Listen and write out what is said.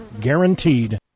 guaranteed